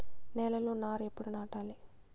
నేలలో నారు ఎప్పుడు నాటాలి?